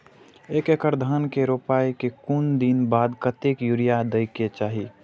एक एकड़ धान के रोपाई के कुछ दिन बाद कतेक यूरिया दे के चाही?